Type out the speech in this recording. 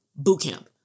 bootcamp